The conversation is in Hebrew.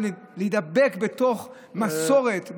להידבק בתוך מסורת,